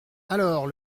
alors